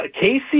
Casey